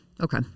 Okay